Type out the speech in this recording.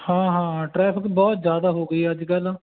ਹਾਂ ਹਾਂ ਟ੍ਰੈਫਿਕ ਬਹੁਤ ਜ਼ਿਆਦਾ ਹੋ ਗਈ ਅੱਜ ਕੱਲ੍ਹ